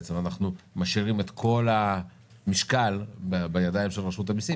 בעצם אנחנו משאירים את כל המשקל בידיים של רשות המיסים,